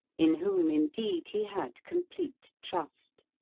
in whom indeed he had complete trust.